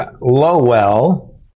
Lowell